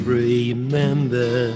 remember